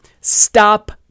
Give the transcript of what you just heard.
Stop